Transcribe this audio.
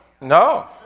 no